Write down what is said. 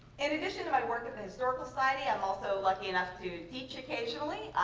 in addition to my work at the historical society, i'm also lucky enough to teach occasionally.